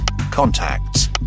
contacts